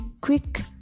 quick